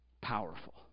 Powerful